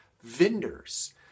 vendors